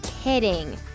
kidding